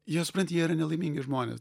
jie supranti jie yra nelaimingi žmonės